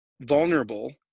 vulnerable